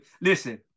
Listen